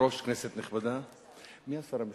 חבר הכנסת מוחמד ברכה, בבקשה, ראשון המציעים.